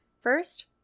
first